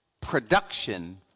production